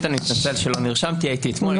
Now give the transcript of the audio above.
אני